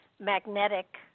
magnetic